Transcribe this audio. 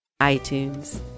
iTunes